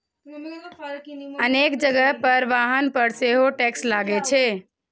अनेक जगह पर वाहन पर सेहो टैक्स लागै छै